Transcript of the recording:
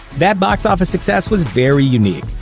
that box office success was very unique.